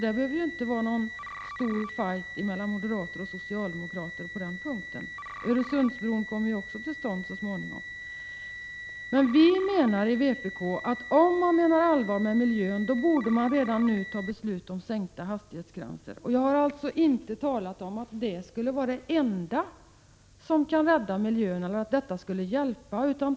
Det behöver inte bli någon stor fight mellan moderater och socialdemokrater på den punkten. Öresundsbron kommer ju också till stånd så småningom. Vi i vpk anser att om man menar allvar med talet om miljön borde man redan nu fatta beslut om sänkta hastighetsgränser. Jag har inte talat om att det skulle vara det enda som kan rädda miljön eller att det skulle hjälpa.